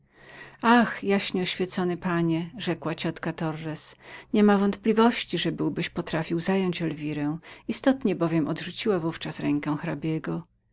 ach jaśnie oświecony panie rzekła ciotka torres nie ma wątpienia że byłbyś potrafił zająć elwirę jak również pewnem jest że odrzuciła rękę